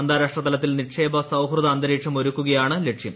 അന്താരാഷ്ട്ര തലത്തിൽ നിക്ഷേപ സൌഹൃദ അന്തരീക്ഷം ഒരുക്കുകയാണ് ലക്ഷ്യം